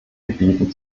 gebieten